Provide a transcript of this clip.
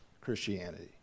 Christianity